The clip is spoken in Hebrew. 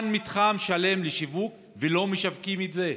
מתחם שלם מוכן לשיווק, ולא משווקים את זה,